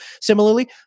Similarly